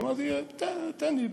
אמרתי: תן לי.